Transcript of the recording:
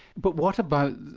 but what about,